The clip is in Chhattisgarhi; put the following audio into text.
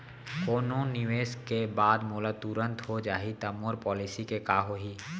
कोनो निवेश के बाद मोला तुरंत हो जाही ता मोर पॉलिसी के का होही?